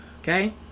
Okay